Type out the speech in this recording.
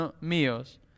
míos